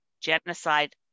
genocide